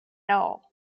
all